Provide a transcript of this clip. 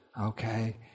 okay